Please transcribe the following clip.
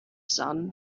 son